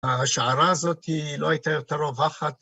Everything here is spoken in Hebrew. ההשערה הזאת היא לא היתה יותר רווחת.